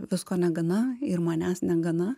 visko negana ir manęs negana